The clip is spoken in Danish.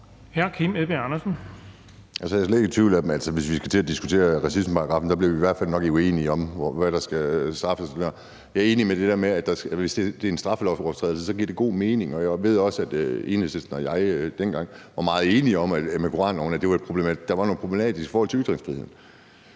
Jeg er slet ikke i tvivl om, at hvis vi skal til at diskutere racismeparagraffen, bliver vi i hvert fald nok uenige om, hvad der skal straffes. Jeg er enig i det der med, at hvis det er en straffelovsovertrædelse, giver det god mening. Jeg ved også, at Enhedslisten og jeg dengang med koranloven var meget enige om, at der var noget problematisk i forhold til ytringsfriheden.